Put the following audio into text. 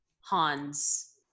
Han's